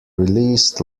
released